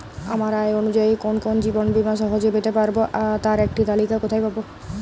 আমার আয় অনুযায়ী কোন কোন জীবন বীমা সহজে পেতে পারব তার একটি তালিকা কোথায় পাবো?